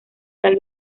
tal